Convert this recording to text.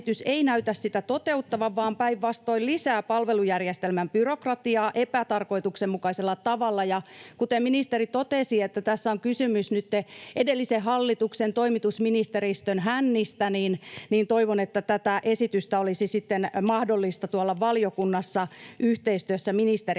ei näytä sitä toteuttavan vaan päinvastoin lisää palvelujärjestelmän byrokratiaa epätarkoituksenmukaisella tavalla. Kuten ministeri totesi, tässä on nytten kysymys edellisen hallituksen toimitusministeristön hännistä, joten toivon, että tätä esitystä olisi mahdollista tuolla valiokunnassa yhteistyössä ministerin kanssa